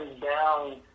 down